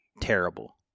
terrible